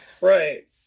Right